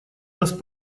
нас